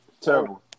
Terrible